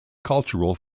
cultural